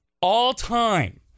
all-time